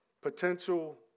potential